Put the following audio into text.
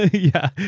yeah,